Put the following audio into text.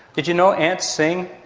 did you know ants sing?